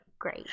great